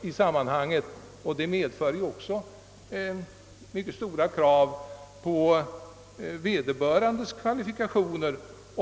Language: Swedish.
Detta medför också att man måste ställa mycket stora krav på vederbörandes kvalifikationer.